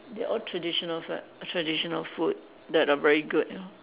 they all traditional food traditional food that are very good